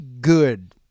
good